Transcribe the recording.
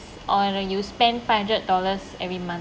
or whether you spend five hundred dollars every month